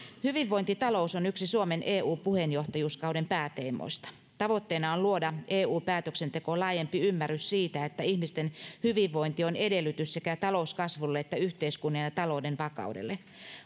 hyvinvointitalous on yksi suomen eu puheenjohtajuuskauden pääteemoista tavoitteena on luoda eu päätöksentekoon laajempi ymmärrys siitä että ihmisten hyvinvointi on edellytys sekä talouskasvulle että yhteiskunnan ja ja talouden vakaudelle